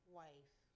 wife